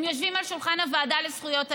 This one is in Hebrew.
הם יושבים על שולחן הוועדה לזכויות הילד.